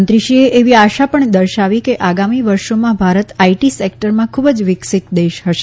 મંત્રીશ્રીએ એવી આશા પણ દર્શાવી કે આગામી વર્ષોમાં ભારત આઈટી સેકટરમાં ખુબ જ વિકસીત દેશ હશે